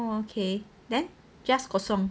oh okay then just kosong